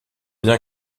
bien